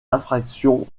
infractions